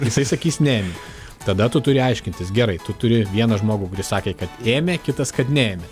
jisai sakys neėmė tada tu turi aiškintis gerai tu turi vieną žmogų kuris sakė kad ėmė kitas kad neėmė